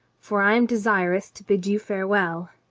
for i am desirous to bid you farewell.